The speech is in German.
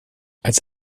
als